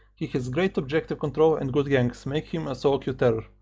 he has great objective control and good ganks, making him a soloq ah terror.